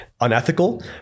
unethical